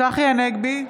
צחי הנגבי,